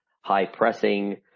high-pressing